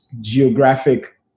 geographic